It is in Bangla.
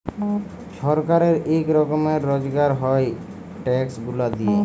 ছরকারের ইক রকমের রজগার হ্যয় ই ট্যাক্স গুলা দিঁয়ে